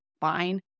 fine